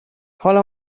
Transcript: حالم